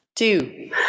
Two